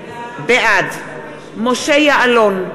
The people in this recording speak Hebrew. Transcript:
בעד משה יעלון,